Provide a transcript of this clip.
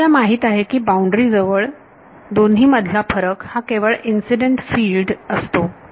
आपल्याला माहित आहे की बाउंड्री जवळ दोन्ही मधला फरक हा केवळ इन्सिडेंट फील्ड असतो